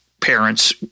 parents